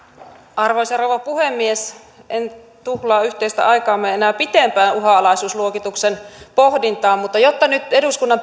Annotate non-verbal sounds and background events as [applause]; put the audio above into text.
arvoisa rouva puhemies en tuhlaa yhteistä aikaamme enää pitempään uhanalaisuusluokituksen pohdintaan mutta jotta nyt eduskunnan [unintelligible]